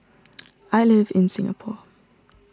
I live in Singapore